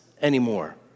anymore